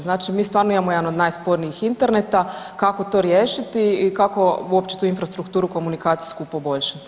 Znači, mi stvarno imamo jedan od najspornijih interneta, kako to riješiti i kako uopće tu infrastrukturu komunikacijsku poboljšati?